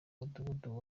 mudugudu